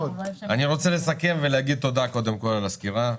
אני רוצה לסכם וקודם כול להגיד תודה על הסקירה.